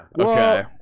Okay